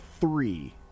three